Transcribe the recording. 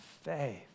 faith